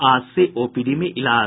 आज से ओपीडी में इलाज